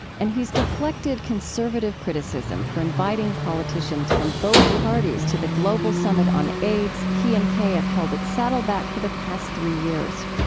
and he's deflected conservative criticism for inviting politicians from both parties to the global summit on aids he and kay have held at saddleback for the past three years.